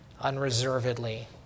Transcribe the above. unreservedly